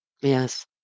Yes